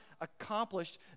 accomplished